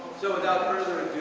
so without further